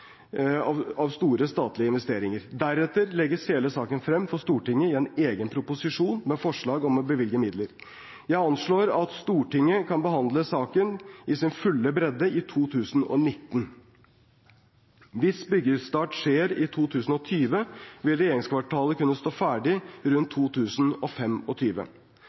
av store statlige investeringer. Deretter legges hele saken frem for Stortinget i en egen proposisjon med forslag om å bevilge midler. Jeg anslår at Stortinget kan behandle saken i sin fulle bredde i 2019. Hvis byggestart skjer i 2020, vil regjeringskvartalet kunne stå ferdig rundt